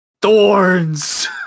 Thorns